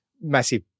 massive